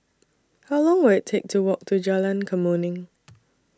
How Long Will IT Take to Walk to Jalan Kemuning